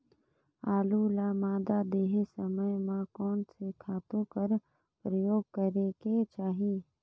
आलू ल मादा देहे समय म कोन से खातु कर प्रयोग करेके चाही?